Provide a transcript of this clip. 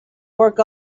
work